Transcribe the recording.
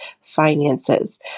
finances